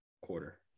quarter